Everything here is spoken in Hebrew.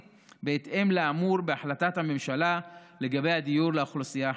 בהתאם לאמור בהחלטת הממשלה לגבי הדיור לאוכלוסייה החרדית".